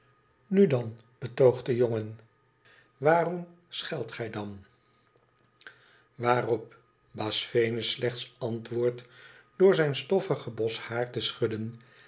nu dan betoogt de jongen waarom scheldt gij dan waarop baas venus slechts antwoordt door zijn stofgen bos haar te schudden